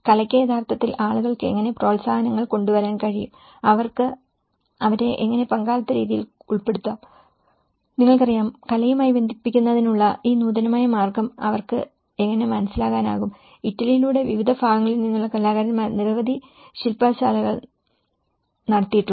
കലയ്ക്ക് യഥാർത്ഥത്തിൽ ആളുകൾക്ക് എങ്ങനെ പ്രോത്സാഹനങ്ങൾ കൊണ്ടുവരാൻ കഴിയും അവർക്ക് അവരെ എങ്ങനെ പങ്കാളിത്ത രീതികളിൽ ഉൾപ്പെടുത്താം നിങ്ങൾക്കറിയാം കലയുമായി ബന്ധിപ്പിക്കുന്നതിനുള്ള ഈ നൂതനമായ മാർഗ്ഗം അവർക്ക് എങ്ങനെ മനസ്സിലാക്കാനാകും ഇറ്റലിയുടെ വിവിധ ഭാഗങ്ങളിൽ നിന്നുള്ള കലാകാരന്മാർ നിരവധി ശിൽപശാലകൾ നടത്തിയിട്ടുണ്ട്